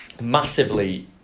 massively